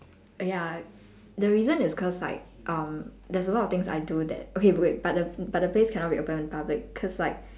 ya the reason is cause like um there's a lot of things I do that okay wait but the but the place cannot be open to public cause like